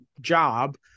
job